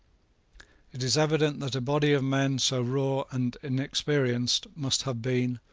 it is evident that a body of men so raw and inexperienced must have been,